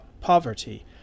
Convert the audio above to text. poverty